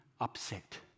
upset